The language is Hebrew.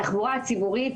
התחבורה הציבורית,